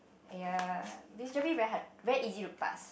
ya this gerpe very hard very easy to pass